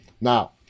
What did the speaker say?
Now